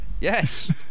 Yes